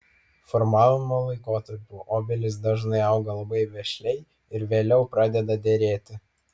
formavimo laikotarpiu obelys dažnai auga labai vešliai ir vėliau pradeda derėti